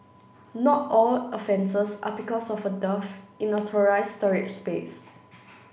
not all offences are because of a dearth in authorised storage space